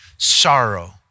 Sorrow